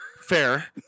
Fair